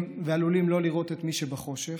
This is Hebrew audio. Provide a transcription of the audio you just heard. ועלולים שלא לראות את מי שבחושך,